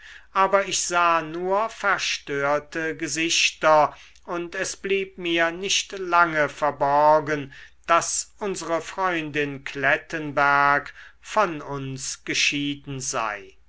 aber ich sah nur verstörte gesichter und es blieb mir nicht lange verborgen daß unsere freundin klettenberg von uns geschieden sei